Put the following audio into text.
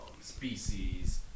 species